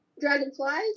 dragonflies